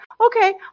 okay